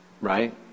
right